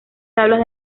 tablas